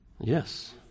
yes